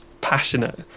passionate